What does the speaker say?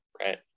right